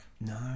no